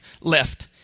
left